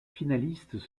finalistes